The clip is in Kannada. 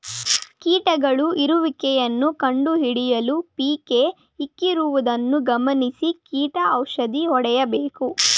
ಕೀಟಗಳ ಇರುವಿಕೆಯನ್ನು ಕಂಡುಹಿಡಿಯಲು ಪಿಕ್ಕೇ ಇಕ್ಕಿರುವುದನ್ನು ಗಮನಿಸಿ ಕೀಟ ಔಷಧಿ ಹೊಡೆಯಬೇಕು